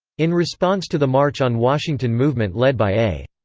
in response to the march on washington movement led by a.